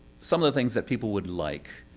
some of the things that people would like.